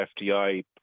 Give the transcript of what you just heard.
FDI